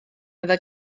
iddo